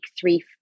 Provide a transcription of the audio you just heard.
three